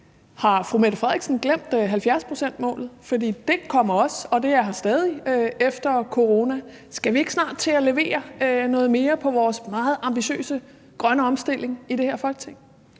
Har fru Mette Frederiksen glemt 70-procentsmålsætningen? For det kommer også, og det er her stadig efter corona. Skal vi ikke snart til at levere noget mere på vores meget ambitiøse grønne omstilling i det her Folketing?